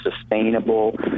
sustainable